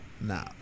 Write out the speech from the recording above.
Nah